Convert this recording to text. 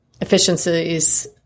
efficiencies